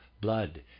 blood